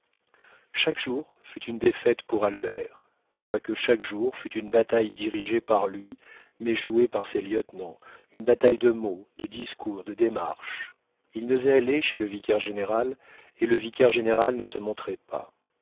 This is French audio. chaque jour fut une défaite pour albert quoique chaque jour fût une bataille dirigée par lui mais jouée par ses lieutenants une bataille de mots de discours de démarches il n'osait aller chez le vicaire-général et le vicaire-général ne se montrait pas